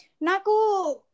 Naku